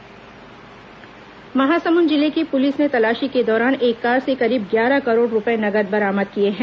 Mahasamund note बरामद महासमुंद जिले की पुलिस ने तलाशी के दौरान एक कार से करीब ग्यारह करोड़ रूपये नगद बरामद किए हैं